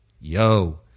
yo